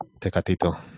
Tecatito